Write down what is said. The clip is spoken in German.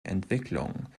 entwicklung